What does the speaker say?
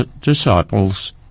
disciples